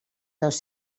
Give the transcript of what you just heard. dos